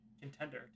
contender